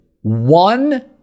one-